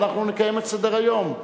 ואנחנו נקיים את סדר-היום.